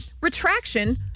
Retraction